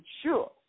sure